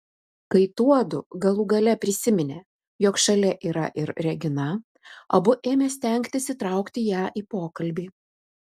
kai tuodu galų gale prisiminė jog šalia yra ir regina abu ėmė stengtis įtraukti ją į pokalbį